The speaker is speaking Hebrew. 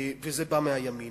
וזה בא מהימין.